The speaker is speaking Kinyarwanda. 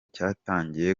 cyatangiye